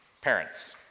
parents